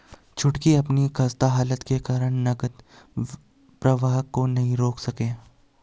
छुटकी अपनी खस्ता हालत के कारण नगद प्रवाह को नहीं रोक सके